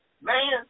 Man